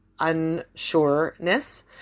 unsureness